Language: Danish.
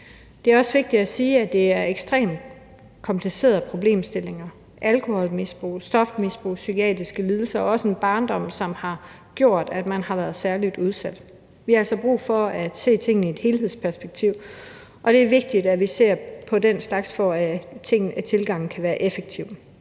Det er også vigtigt at sige, at det er en ekstremt komplicerede problemstillinger. Der er tale om alkoholmisbrug, stofmisbrug, psykiatriske lidelser og en barndom, som har gjort, at man har været særlig udsat. Vi har altså brug for at se tingene i et helhedsperspektiv, og det er vigtigt, at vi ser på den slags, for at tilgangen kan være effektiv.